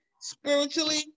spiritually